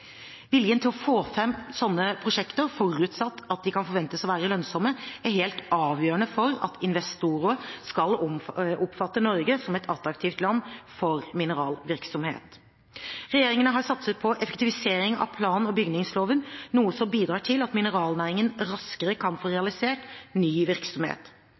til å få fram slike prosjekter – forutsatt at de kan forventes å være lønnsomme – er helt avgjørende for at investorer skal oppfatte Norge som et attraktivt land for mineralvirksomhet. Regjeringen har satset på effektivisering av plan- og bygningsloven, noe som bidrar til at mineralnæringen raskere kan få realisert ny virksomhet.